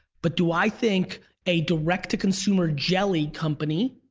but do i think a direct to consumer jelly company,